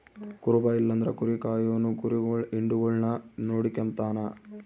ಕುರುಬ ಇಲ್ಲಂದ್ರ ಕುರಿ ಕಾಯೋನು ಕುರಿಗುಳ್ ಹಿಂಡುಗುಳ್ನ ನೋಡಿಕೆಂಬತಾನ